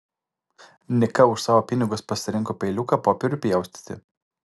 nika už savo pinigus pasirinko peiliuką popieriui pjaustyti